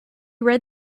read